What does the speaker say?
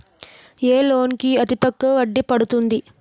ఏ loan కి అతి తక్కువ వడ్డీ పడుతుంది?